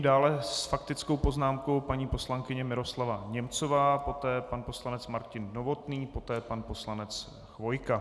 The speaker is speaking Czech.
Dále s faktickou poznámkou paní poslankyně Miroslava Němcová, poté pan poslanec Martin Novotný, poté pan poslanec Chvojka.